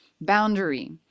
boundary